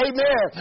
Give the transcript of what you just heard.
Amen